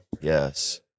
yes